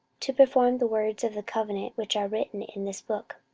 to perform the words of the covenant which are written in this book.